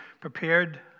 prepared